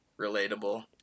relatable